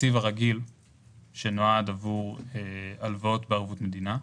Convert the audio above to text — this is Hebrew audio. בתקציב הרגיל שנועד עבור הלוואות בערבות מדינה.